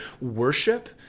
worship